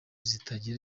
zitagira